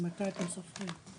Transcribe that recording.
ממתי אתם סופרים?